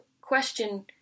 question